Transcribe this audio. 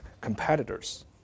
competitors